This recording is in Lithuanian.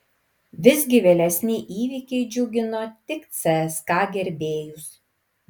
visgi vėlesni įvykiai džiugino tik cska gerbėjus